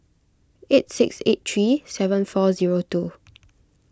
eight six eight three seven four zero two